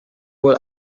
wohl